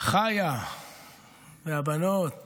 חיה והבנות אילה,